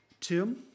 Tim